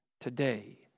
today